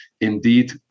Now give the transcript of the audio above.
indeed